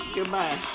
Goodbye